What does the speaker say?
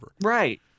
Right